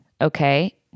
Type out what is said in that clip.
Okay